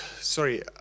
sorry